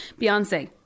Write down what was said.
Beyonce